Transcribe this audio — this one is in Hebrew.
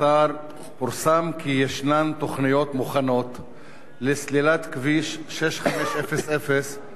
פורסם כי יש תוכניות מוכנות לסלילת כביש 6500 מנצרת-עילית